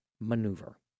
Maneuver